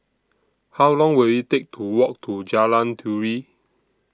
How Long Will IT Take to Walk to Jalan Turi